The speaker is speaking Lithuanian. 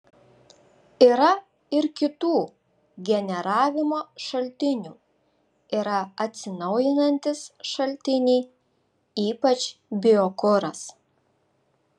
yra ir kitų generavimo šaltinių yra atsinaujinantys šaltiniai ypač biokuras